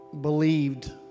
believed